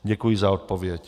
Děkuji za odpověď.